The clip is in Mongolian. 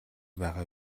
байгаа